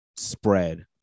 spread